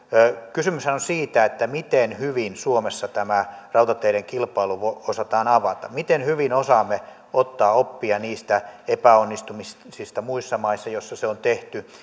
kysymyshän on siitä miten hyvin suomessa tämä rautateiden kilpailu osataan avata miten hyvin osaamme ottaa oppia epäonnistumisista niissä muissa maissa joissa tämä on tehty